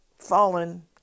fallen